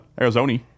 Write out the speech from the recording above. Arizona